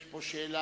יש פה שאלה,